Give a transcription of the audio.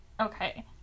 okay